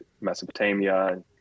Mesopotamia